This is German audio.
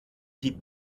die